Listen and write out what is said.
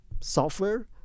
software